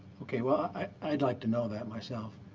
ok well, i'd like to know that, myself.